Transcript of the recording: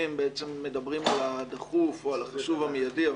בעצם מדברים על הדחוף או על החשוב המיידי.